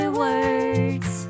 words